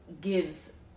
gives